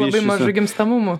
labai mažu gimstamumu